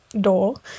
door